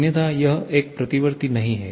अन्यथा यह एक प्रतिवर्ती नहीं है